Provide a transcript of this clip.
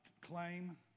claim